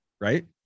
Right